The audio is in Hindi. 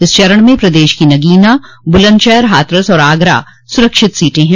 इस चरण में प्रदेश की नगीना बुलंदशहर हाथरस और आगरा सुरक्षित सीटें हैं